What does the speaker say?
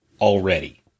already